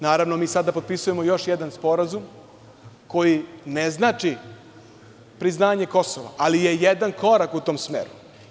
Naravno, mi sada potpisujemo još jedan sporazum koji ne znači priznanje Kosova, ali je jedan korak u tom smeru.